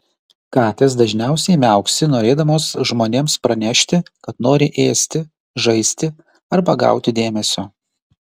katės dažniausiai miauksi norėdamos žmonėms pranešti kad nori ėsti žaisti arba gauti dėmesio